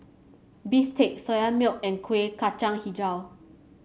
bistake Soya Milk and Kuih Kacang hijau